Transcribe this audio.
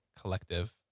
collective